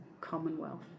Commonwealth